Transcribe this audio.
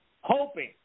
hoping